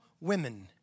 women